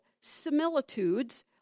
similitudes